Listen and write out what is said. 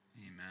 Amen